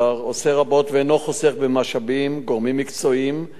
ואינו חוסך במשאבים וגורמים מקצועיים כדי לשמור על